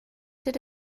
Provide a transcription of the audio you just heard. did